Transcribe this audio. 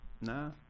Nah